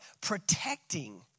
protecting